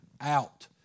out